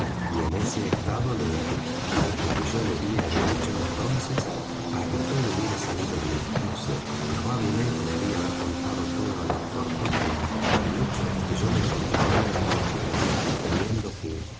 y en ese estado lo dejé qué es lo que yo debía haber hecho entonces para que todo hubiera salido bien no sé probablemente debí haber contado todo al doctor porque el hecho es que yo me encontraba en una angustia mortal temiendo que